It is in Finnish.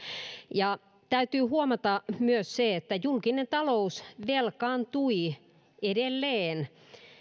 ja täytyy huomata myös se että julkinen talous velkaantui edelleen